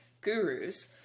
gurus